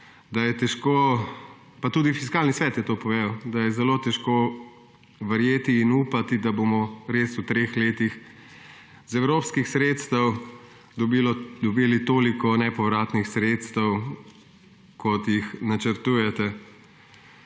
to povedal, pa tudi Fiskalni svet je to povedal, da je zelo težko verjeti in upati, da bomo res v treh letih iz evropskih sredstev dobili toliko nepovratnih sredstev, kot jih načrtujete.